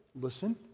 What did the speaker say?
Listen